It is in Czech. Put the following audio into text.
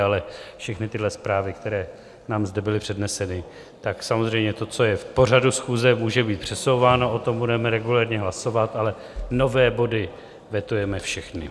Ale všechny zprávy, které nám zde byly předneseny, tak samozřejmě to, co je v pořadu schůze, může být přesouváno, o tom budeme regulérně hlasovat, ale nové body vetujeme všechny.